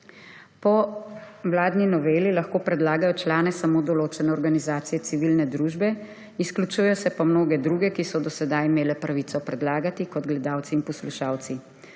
Po vladni noveli lahko predlagajo člane samo določene organizacije civilne družbe, izključujejo pa se mnoge druge, ki so do sedaj imele pravico predlagati kot gledalci in poslušalci.